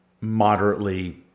moderately